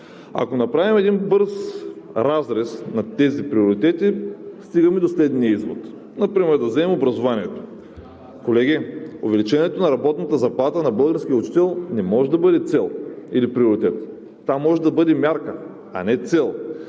Ако направим един бърз разрез на тези приоритети, стигаме до следния извод: Например да вземем образованието. Колеги, увеличението на работната заплата на българския учител не може да бъде цел или приоритет. Там може да бъде мярка, а не цел.